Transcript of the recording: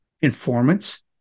informants